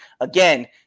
Again